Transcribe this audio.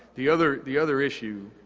the other the other issue,